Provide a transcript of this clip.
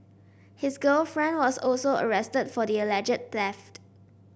his girlfriend was also arrested for the alleged theft